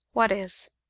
what is?